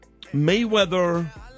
Mayweather